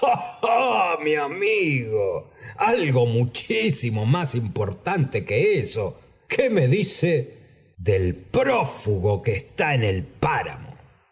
mi amigo jalgo muchísimo más importante que eso qué me dice del prófugo que está en el páramo